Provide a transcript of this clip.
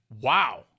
wow